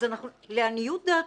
לעניות דעתי,